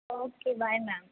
okay bye ma'am